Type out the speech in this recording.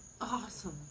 Awesome